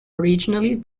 originally